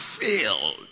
filled